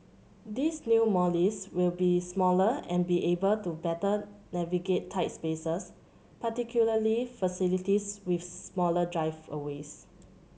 these new Mollies will be smaller and be able to better navigate tight spaces particularly facilities with smaller driveways